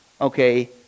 okay